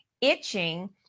itching